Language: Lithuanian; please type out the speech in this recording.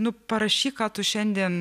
nu parašyk ką tu šiandien